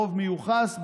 ברוב מיוחס,